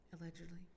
allegedly